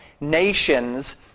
nations